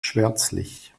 schwärzlich